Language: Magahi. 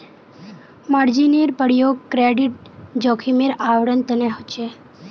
मार्जिनेर प्रयोग क्रेडिट जोखिमेर आवरण तने ह छे